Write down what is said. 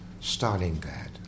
Stalingrad